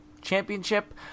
Championship